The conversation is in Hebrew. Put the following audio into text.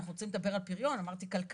אנחנו רוצים לדבר על פריון, אמרתי כלכלה.